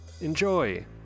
Enjoy